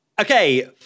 Okay